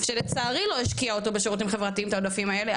שלצערי לא השקיעה אותו בשירותים חברתיים את העודפים האלה,